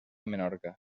menorca